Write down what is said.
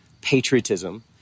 patriotism